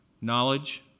knowledge